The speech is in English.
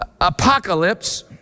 apocalypse